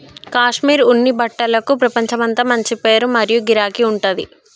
కాశ్మీర్ ఉన్ని బట్టలకు ప్రపంచమంతా మంచి పేరు మరియు గిరాకీ ఉంటది